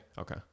Okay